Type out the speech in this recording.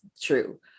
true